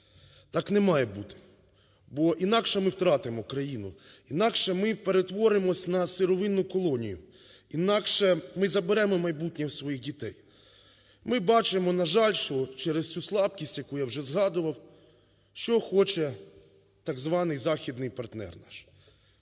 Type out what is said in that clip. Так не має бути, бо інакше ми втратимо країну, інакше ми перетворимося на сировинну колонію, інакше ми заберемо майбутнє у своїх дітей. Ми бачимо, на жаль, що через цю слабкість, яку я вже згадував, що хоче так званий західний партнер наш?